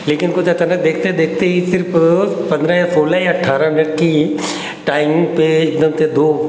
लेकिन कुछ अचानक देखते देखते ही सिर्फ़ पन्द्रह या सोलह या अठारह मिनट की टाइमिंग पे इतनी तेज़ धूप